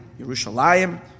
Yerushalayim